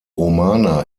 romana